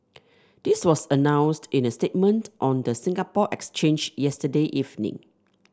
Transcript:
this was announced in a statement on the Singapore Exchange yesterday evening